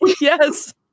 Yes